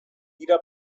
dira